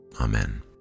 Amen